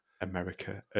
America